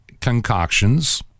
concoctions